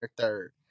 third